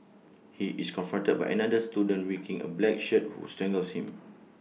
he is confronted by another student waking A black shirt who strangles him